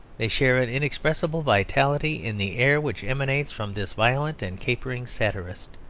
they share an inexpressible vitality in the air which emanates from this violent and capering satirist.